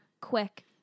quick